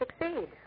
succeed